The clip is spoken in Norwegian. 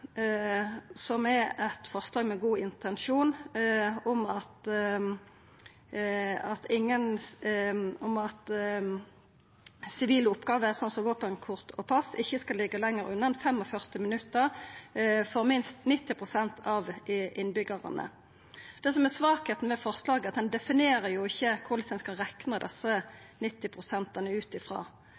som er eit forslag med ein god intensjon om at sivile oppgåver, som våpenkort og pass, ikkje skal liggja lenger unna enn 45 minuttar for minst 90 pst. av innbyggjarane. Det som er svakheita med forslaget, er at det ikkje definerer kva ein skal rekna desse 90 pst. ut